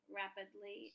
rapidly